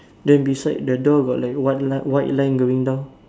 then beside the door got like one white line going down